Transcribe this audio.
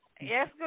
Yes